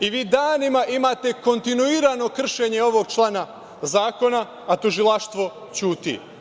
I vi danima imate kontinuirano kršenje ovog člana zakona, a tužilaštvo ćuti.